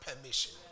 permission